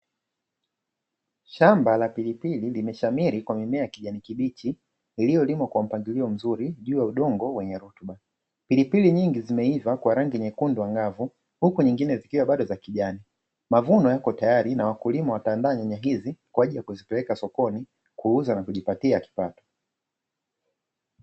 Shamba la pilipili limeshamiri kwa mimea ya kijani kibichi iliyolimwa kwa mpangilio mzuri juu ya udongo wenye rutuba, pilipili nyingi zimeiva kwa rangi nyekundu angavu huku nyingine zikiwa bado za kijani, mavuno yako tayari na wakulima wataandaa nyanya hizi kwa ajili ya kuzipeleka sokoni kuuza na kujipatia kipato.